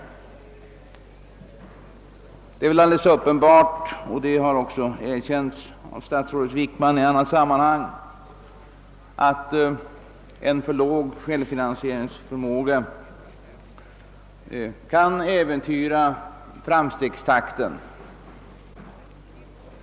Likaså är det klart — vilket också statsrådet Wickman har erkänt i andra sammanhang — att en för svag självfinansieringsförmåga kan äventyra framstegstakten.